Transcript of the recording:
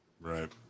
Right